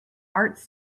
arts